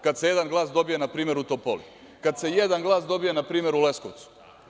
Kada se jedan glas dobije npr. i u Topoli, kada se jedan glas dobije npr. u Leskovcu?